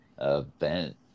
event